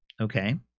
okay